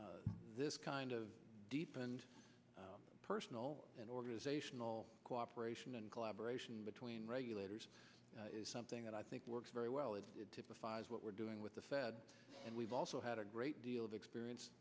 c this kind of deep and personal and organizational cooperation and collaboration between regulators is something that i think works very well and it typifies what we're doing with the fed and we've also had a great deal of experience